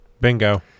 bingo